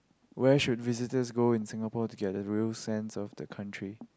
where should visitors go in Singapore to get the real sense of the country